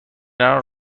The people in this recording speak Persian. الان